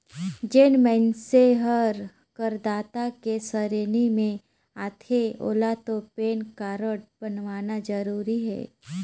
जेन मइनसे हर करदाता के सेरेनी मे आथे ओेला तो पेन कारड बनवाना जरूरी हे